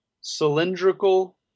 cylindrical